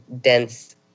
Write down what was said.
dense